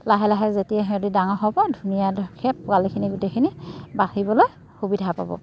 লাহে লাহে যেতিয়া সিহঁতি ডাঙৰ হ'ব ধুনীয়াকৈ পোৱালিখিনি গোটেইখিনি বঢ়িবলৈ সুবিধা পাব